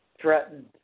Threatened